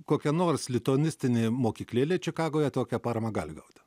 kokia nors lituanistinė mokyklėlė čikagoje tokią paramą gali gauti